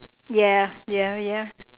ya ya ya